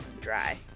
dry